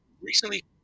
recently